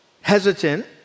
hesitant